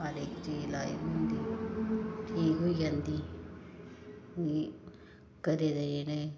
हर इक चीज़ लाई दी होंदी ठीक होई जंदी जियां कदें ते जेह्ड़े